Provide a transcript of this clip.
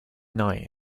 night